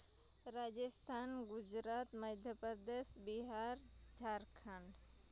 Rajasthan Gujarat Madhya Pradesh Bihar Jharkhand